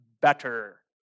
better